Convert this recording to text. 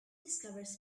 discovers